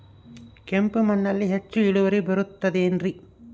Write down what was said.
ಕೆಂಪು ಮಣ್ಣಲ್ಲಿ ಹೆಚ್ಚು ಇಳುವರಿ ಬರುತ್ತದೆ ಏನ್ರಿ?